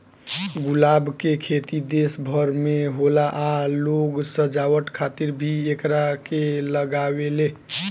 गुलाब के खेती देश भर में होला आ लोग सजावट खातिर भी एकरा के लागावेले